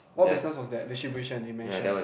what business was that distribution animation